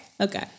Okay